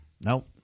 Nope